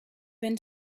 been